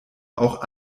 auch